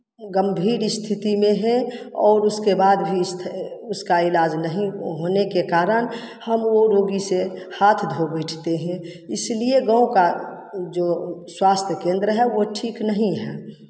गंभीर स्थिति में हैं और उसके बाद भी उसका इलाज नहीं होने के कारण हम वो रोगी से हाथ धो बैठते हैं इसलिए गाँव का जो स्वास्थ्य केन्द्र है वो ठीक नहीं है